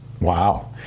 Wow